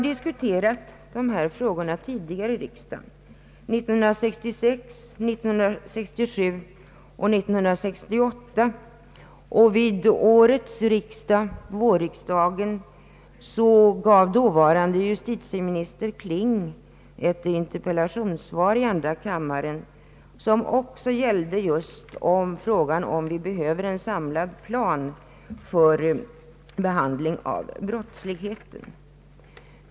Dessa frågor har tidigare diskuterats i riksdagen, 1966, 1967 och 1968 samt vid årets vårriksdag, då justitieminister Kling svarade på en interpellation i andra kammaren, vilken just gällde frågan om vi behöver en samlad plan för behandlingen av brottsligheten.